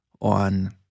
on